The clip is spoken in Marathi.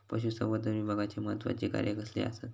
पशुसंवर्धन विभागाची महत्त्वाची कार्या कसली आसत?